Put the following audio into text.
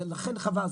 ולכן חבל,